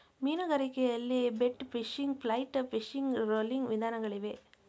ಮೀನುಗಾರಿಕೆಯಲ್ಲಿ bait fishing, flight fishing, rolling ವಿಧಾನಗಳಿಗವೆ